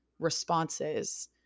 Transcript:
Responses